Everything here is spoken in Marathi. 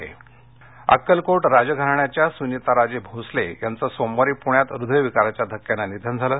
निधन अक्कलकोट राजघराण्याच्या सुनिताराजे भोसले यांचं सोमवारी पुण्यात हृदयविकाराच्या धक्यानं निधन झालं